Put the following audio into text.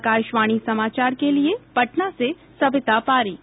आकाशवाणी समाचार के लिये पटना से सविता पारीक